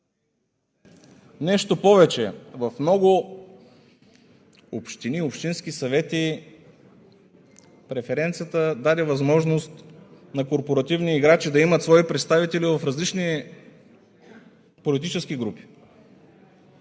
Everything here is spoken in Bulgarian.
Нещо повече, в много общини и общински съвети преференцията даде възможност на корпоративни играчи да имат свои представители в различни политически групи